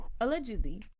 Allegedly